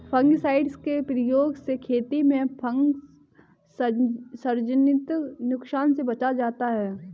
fungicide के प्रयोग से खेती में फँगसजनित नुकसान से बचा जाता है